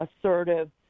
assertive